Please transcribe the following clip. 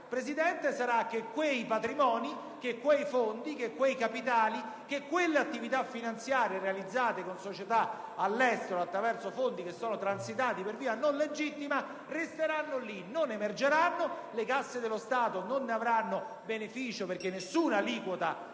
finale sarà che quei patrimoni, quei fondi, quei capitali, quelle attività finanziarie realizzate con società all'estero attraverso fondi transitati per via non legittima resteranno lì, non emergeranno. Le casse dello Stato non ne avranno beneficio perché nessuna imposta sarà